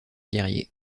guerrier